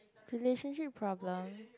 relationship problem